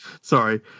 Sorry